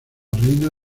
reina